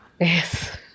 Yes